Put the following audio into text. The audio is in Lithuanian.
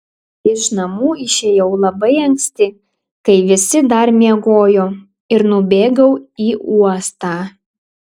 iš namų išėjau labai anksti kai visi dar miegojo ir nubėgau į uostą